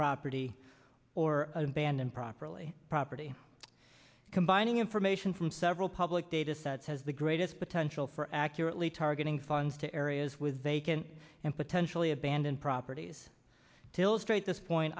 property or abandon properly property combining information from several public datasets has the greatest potential for accurately targeting funds to areas with vacant and potentially abandoned properties till straight this point